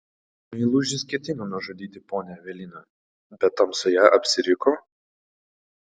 meilužis ketino nužudyti ponią eveliną bet tamsoje apsiriko